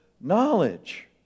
knowledge